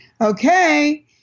okay